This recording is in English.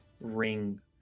ring